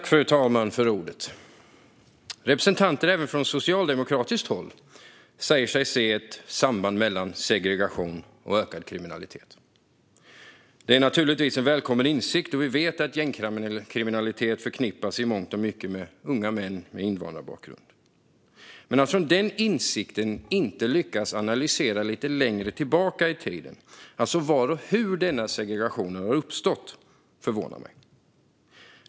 Fru talman! Representanter även från socialdemokratiskt håll säger sig se ett samband mellan segregation och ökad kriminalitet. Det är naturligtvis en välkommen insikt, då vi vet att gängkriminalitet i mångt och mycket förknippas med unga män med invandrarbakgrund. Att man från den insikten inte lyckas analysera bakåt i tiden, alltså se var och hur denna segregation har uppstått, förvånar mig dock.